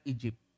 Egypt